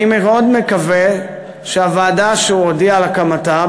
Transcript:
אני מאוד מקווה שהוועדה שהוא הודיע על הקמתה,